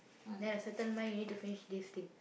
then a certain month you need to finish this thing